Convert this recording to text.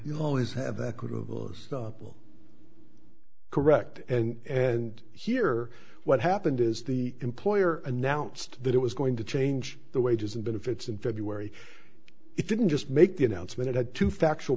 you always have that could correct and and here what happened is the employer announced that it was going to change the wages and benefits in february it didn't just make the announcement it had to factual